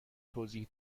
توضیح